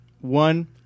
One